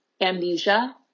amnesia